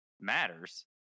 matters